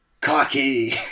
cocky